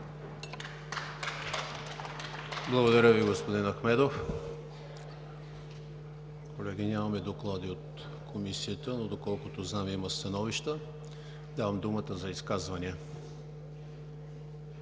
Благодаря, господин Ахмедов. Нямаме доклади от Комисията, но доколкото знам има становища. Давам думата за изказвания.